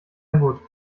gut